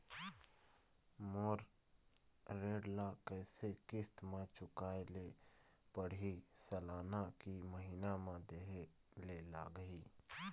मोर ऋण ला कैसे किस्त म चुकाए ले पढ़िही, सालाना की महीना मा देहे ले लागही?